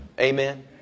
Amen